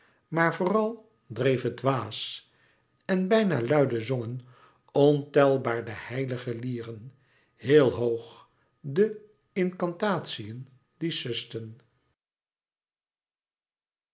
maar vooral dreef het waas en bijna luide zongen ontelbaar de heilige lieren heel hoog de incantatiën die susten